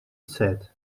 said